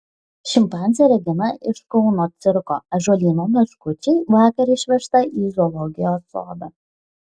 šimpanzė regina iš kauno cirko ąžuolyno meškučiai vakar išvežta į zoologijos sodą